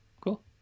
cool